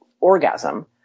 orgasm